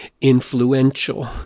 influential